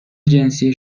جنسی